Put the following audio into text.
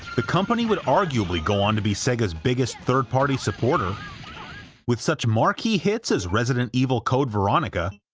the company would arguably go on to be sega's biggest third-party supporter with such marquee hits as resident evil code veronica,